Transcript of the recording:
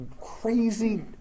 crazy